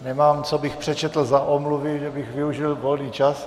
Nemám, co bych přečetl za omluvy, že bych využil volný čas.